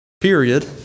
period